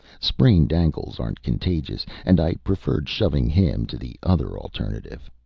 sprained ankles aren't contagious, and i preferred shoving him to the other alternative.